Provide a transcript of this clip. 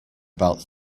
about